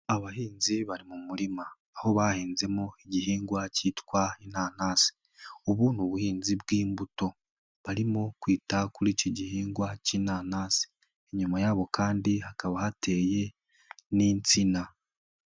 Abahinzi bari mu murima, aho bahinzemo igihingwa cyitwa inanasi, ubu ni ubuhinzi bw'imbuto, barimo kwita kuri icyo gihingwa cy'inanasi, inyuma yabo kandi hakaba hateye n'insina.